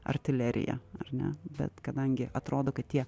artileriją ar ne bet kadangi atrodo kad tie